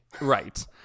Right